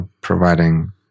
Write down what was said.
providing